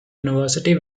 university